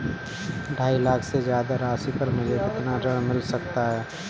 ढाई लाख से ज्यादा राशि पर मुझे कितना ऋण मिल सकता है?